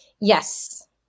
Yes